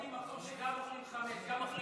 שגם אוכלים חמץ וגם אוכלים,